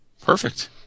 Perfect